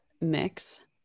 mix